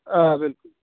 آ بِلکُل